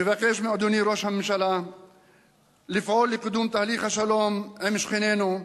אני מבקש מאדוני ראש הממשלה לפעול לקידום תהליך השלום עם שכנינו,